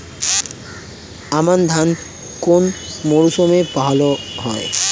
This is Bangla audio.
আমন ধান কোন মরশুমে ভাল হয়?